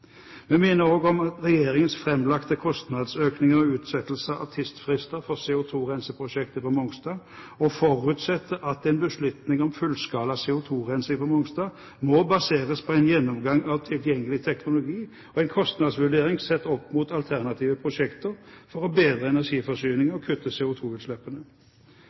Vi minner også om regjeringens framlagte kostnadsøkning og utsettelse av tidsfrister for CO2-renseprosjektet på Mongstad og forutsetter at en beslutning om fullskala CO2-rensing på Mongstad må baseres på en gjennomgang av tilgjengelig teknologi og en kostnadsvurdering sett opp mot alternative prosjekter for å bedre energiforsyningen og kutte